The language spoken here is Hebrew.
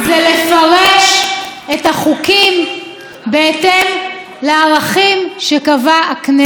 היא לפרש את החוקים בהתאם לערכים שקבעה הכנסת.